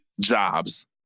jobs